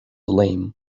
lame